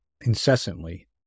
incessantly